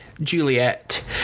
Juliet